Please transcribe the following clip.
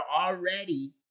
already